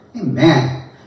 Amen